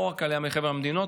לא רק העלייה מחבר המדינות,